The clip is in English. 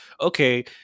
okay